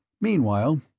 Meanwhile